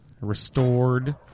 Restored